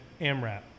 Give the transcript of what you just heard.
AMRAP